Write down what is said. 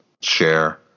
share